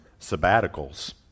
sabbaticals